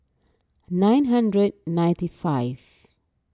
nine hundred ninety five